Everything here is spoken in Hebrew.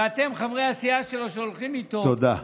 ואתם, חברי הסיעה שלו שהולכים איתו, תודה.